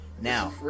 Now